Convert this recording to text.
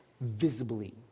visibly